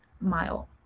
mile